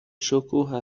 شکوه